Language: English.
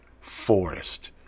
forest